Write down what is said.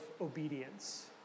obedience